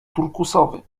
turkusowy